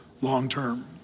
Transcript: long-term